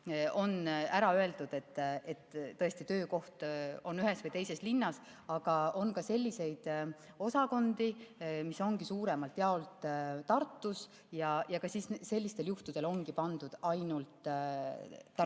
on öeldud, et tõesti töökoht on ühes või teises linnas. Aga on ka selliseid osakondi, mis on suuremalt jaolt Tartus, ja sellistel juhtudel ongi kirja pandud ainult Tartu.